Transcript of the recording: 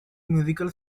musical